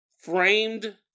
framed